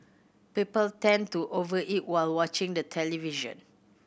people tend to over eat while watching the television